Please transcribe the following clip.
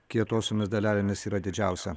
kietosiomis dalelėmis yra didžiausia